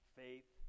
faith